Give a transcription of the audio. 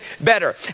better